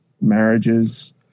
marriages